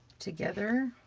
together.